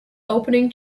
opening